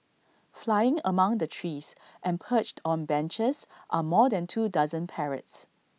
flying among the trees and perched on benches are more than two dozen parrots